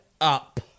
up